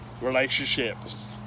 relationships